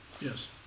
Yes